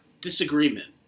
disagreement